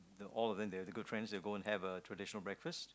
the all of them they're the good friends they'll go and have a traditional breakfast